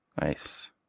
Nice